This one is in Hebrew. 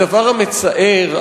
הדבר המצער,